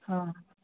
हँ